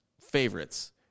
favorites